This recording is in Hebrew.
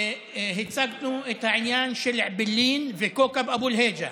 הצגנו את העניין של אעבלין וכאוכב אבו אל-היג'א,